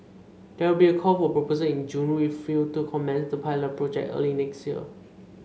there will be a call for proposal in June with a view to commence the pilot project early next year